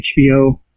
HBO